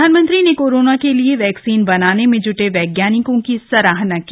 प्रधानमंत्री ने कोरोना के लिए वैक्सीन बनाने में जुटे वैज्ञानिकों की सराहना की